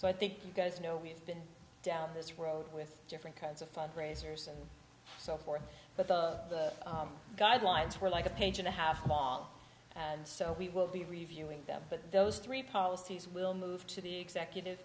think you guys know we've been down this road with different kinds of fundraisers and so forth but the guidelines were like a page and a half wall and so we will be reviewing them but those three policies will move to the executive